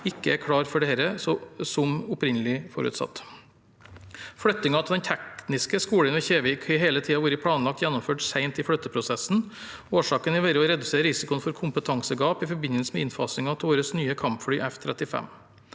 ikke er klar for dette som opprinnelig forutsatt. Flyttingen av den tekniske skolen ved Kjevik har hele tiden vært planlagt gjennomført sent i flytteprosessen. Formålet har vært å redusere risikoen for kompetansegap i forbindelse med innfasingen av våre nye kampfly, F-35.